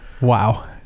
Wow